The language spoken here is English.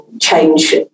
change